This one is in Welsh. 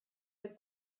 oedd